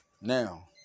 Now